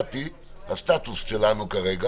הסטטוס שלנו כרגע